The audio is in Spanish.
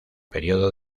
período